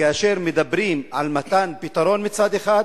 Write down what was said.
כאשר מדברים על מתן פתרון מצד אחד,